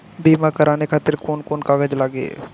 बीमा कराने खातिर कौन कौन कागज लागी?